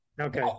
Okay